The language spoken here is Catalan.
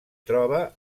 troba